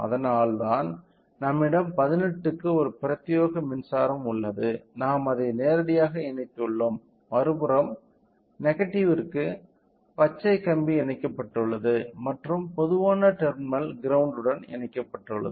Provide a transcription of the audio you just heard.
அதனால்தான் நம்மிடம் 18 க்கு ஒரு பிரத்யேக மின்சாரம் உள்ளது நாம் அதை நேரடியாக இணைத்துள்ளோம் மறுபுறம் நெகடிவ்ற்கு பச்சை கம்பி இணைக்கப்பட்டுள்ளது மற்றும் பொதுவான டெர்மினல் கிரௌண்ட் உடன் இணைக்கப்பட்டுள்ளது